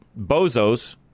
bozos